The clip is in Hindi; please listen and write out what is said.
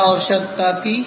क्या आवश्यकता थी